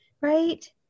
right